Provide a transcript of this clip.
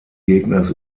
gegners